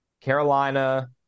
Carolina